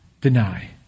Deny